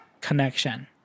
connection